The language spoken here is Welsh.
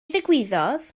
ddigwyddodd